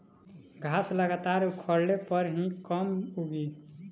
घास लगातार उखड़ले पर भी कम उगी